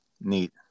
Neat